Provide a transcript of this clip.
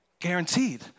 guaranteed